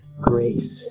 grace